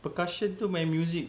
percussion tu main music